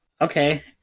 Okay